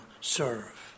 serve